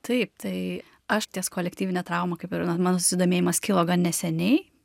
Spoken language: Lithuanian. taip tai aš ties kolektyvine trauma kaip ir na mano susidomėjimas kilo gan neseniai